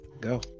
Go